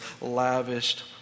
lavished